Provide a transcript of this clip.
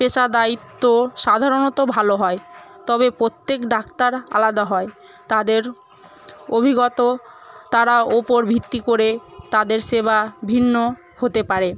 পেশাদায়িত্ব সাধারণত ভালো হয় তবে প্রত্যেক ডাক্তার আলাদা হয় তাদের অভিজ্ঞতা তারা ওপর ভিত্তি করে তাদের সেবা ভিন্ন হতে পারে